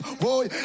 boy